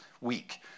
week